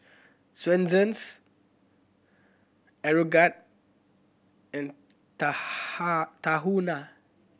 Swensens Aeroguard and Tahuna